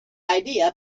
idea